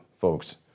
folks